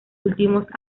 últimos